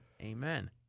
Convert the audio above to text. amen